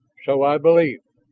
so i believe.